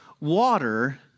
water